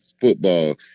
football